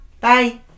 Bye